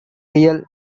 real